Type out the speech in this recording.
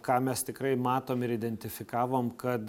ką mes tikrai matom ir identifikavom kad